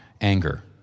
anger